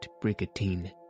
brigantine